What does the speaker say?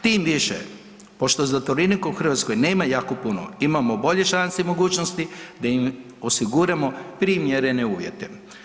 Tim više pošto zatvorenika u Hrvatskoj nema jako puno imamo bolje šanse i mogućnosti da im osiguramo primjere uvjete.